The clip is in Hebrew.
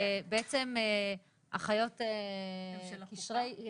זה בעצם אחיות קשרי.